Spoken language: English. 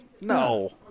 No